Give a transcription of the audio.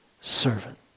servant